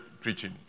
preaching